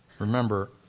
Remember